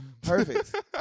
Perfect